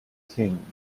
king